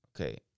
Okay